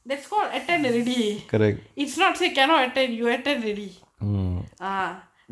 that's called attend already it's not say cannot attent your attend already ah